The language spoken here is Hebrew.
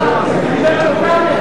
שאחראי לשירותי הכבאות,